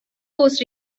was